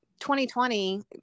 2020